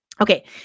Okay